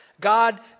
God